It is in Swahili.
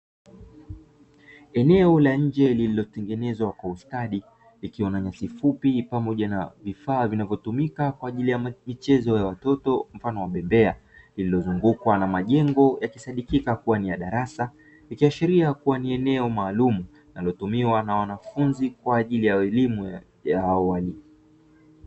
Eneo la nje lililotengenezwa kwa ustadi likiwa na nyasi fupi pamoja na vifaa vinavyotumika kwaajili ya michezo ya watoto mfano wa bembea, lililozungukwa na majengo yakisadikika kuwa ni ya darasa, ikiashiria kuwa ni eneo maalumu linalotumiwa na wanafunzi kwaajili ya elimu ya awali.